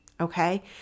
okay